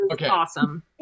awesome